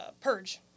Purge